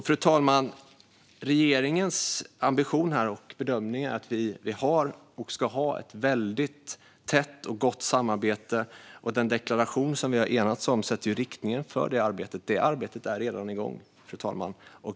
Fru talman! Regeringens ambition och bedömning är att vi har och ska ha ett tätt och gott samarbete. Den deklaration som vi har enats om sätter riktningen för det arbetet. Det arbetet är redan igång.